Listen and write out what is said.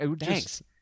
thanks